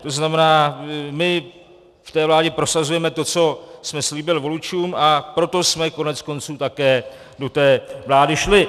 To znamená, my ve vládě prosazujeme to, co jsme slíbili voličům, a proto jsme koneckonců také do té vlády šli.